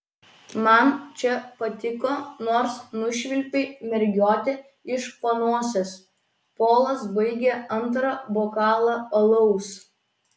man čia patiko nors nušvilpei mergiotę iš panosės polas baigė antrą bokalą alaus